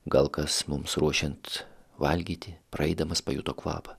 gal kas mums ruošiant valgyti praeidamas pajuto kvapą